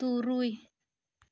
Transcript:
ᱛᱩᱨᱩᱭ